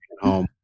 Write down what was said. home